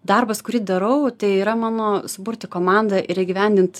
darbas kurį darau tai yra mano suburti komandą ir įgyvendint